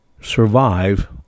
survive